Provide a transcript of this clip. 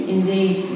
Indeed